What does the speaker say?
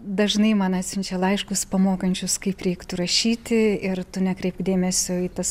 dažnai man atsiunčia laiškus pamokančius kaip reiktų rašyti ir tu nekreipk dėmesio į tas